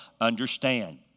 understand